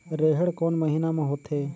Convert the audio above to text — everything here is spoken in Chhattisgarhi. रेहेण कोन महीना म होथे?